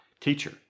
Teacher